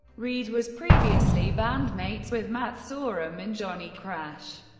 reed was previously bandmates with matt sorum in johnny crash.